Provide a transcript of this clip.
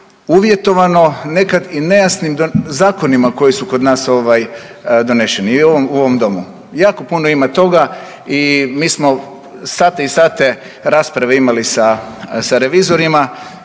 uvjetovano nekad i nejasnim zakonima koji su kod nas doneseni u ovom Domu. Jako puno ima toga i mi smo sate i sate rasprave imali sa revizorima.